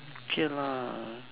okay lah